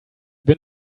been